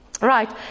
Right